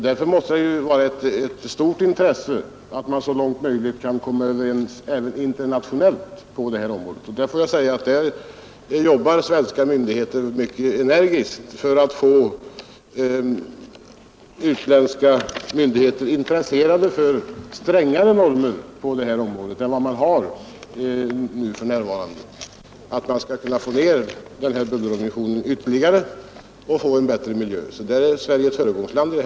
Därför måste det vara ett stort intresse att man så långt möjligt kan komma överens internationellt på detta område. Svenska myndigheter arbetar mycket energiskt för att få utländska myndigheter intresserade för strängare normer på detta område än vad man har för närvarande. Man försöker få ned normerna för bulleremissionen ytterligare. Där är Sverige ett föregångsland.